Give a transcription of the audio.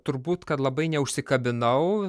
turbūt kad labai neužsikabinau